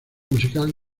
musical